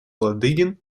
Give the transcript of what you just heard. ладыгин